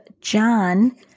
John